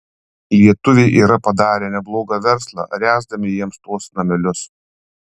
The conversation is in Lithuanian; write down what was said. lietuviai yra padarę neblogą verslą ręsdami jiems tuos namelius